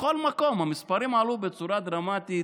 בכל מקום המספרים עלו בצורה דרמטית,